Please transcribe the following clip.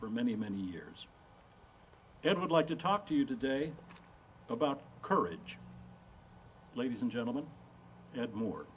for many many years and would like to talk to you today about courage ladies and gentlemen and more